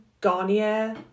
Garnier